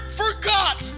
forgot